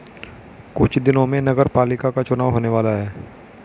कुछ दिनों में नगरपालिका का चुनाव होने वाला है